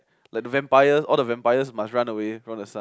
like the vampires all the vampires must run away from the sun